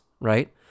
right